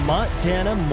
Montana